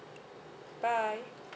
bye